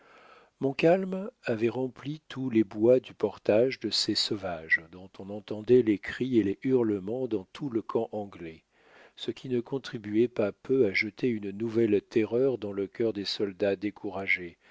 réduite montcalm avait rempli tous les bois du portage de ses sauvages dont on entendait les cris et les hurlements dans tout le camp anglais ce qui ne contribuait pas peu à jeter une nouvelle terreur dans le cœur des soldats découragés